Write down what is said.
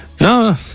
no